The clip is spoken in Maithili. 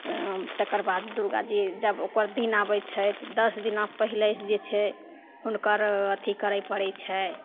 तकर बाद दुरगाजी जब ओकर दिन आबै छै तऽ दस दिना पहिलहे से जे छै हुनकर अथी करै पड़ै छै